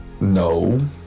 No